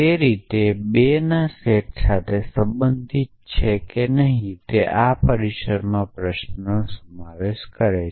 તે રીતે 2ના સેટ સાથે સંબંધિત છે કે નહીં તે આ પ્રિમીસિસમાં પ્રશ્નનો સમાવેશ કરે છે